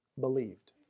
believed